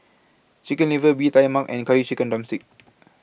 Chicken Liver Bee Tai Mak and Curry Chicken Drumstick